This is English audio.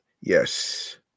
Yes